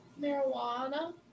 Marijuana